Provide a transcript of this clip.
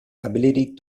ability